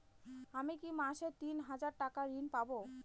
আমি কি মাসে তিন হাজার টাকার ঋণ পাবো?